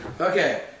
Okay